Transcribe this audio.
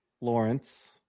Lawrence